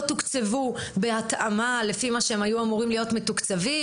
תוקצבו בהתאמה לפי מה שהם היו אמורים להיות מתוקצבים.